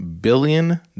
billion